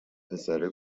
پسره